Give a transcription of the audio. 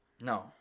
No